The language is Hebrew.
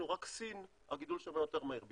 רק בסין היה גידול יותר מהיר מישראל.